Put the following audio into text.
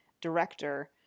director